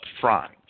front